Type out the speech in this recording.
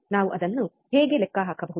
ನಾವು ಅದನ್ನು ಹೇಗೆ ಲೆಕ್ಕ ಹಾಕಬಹುದು